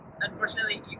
unfortunately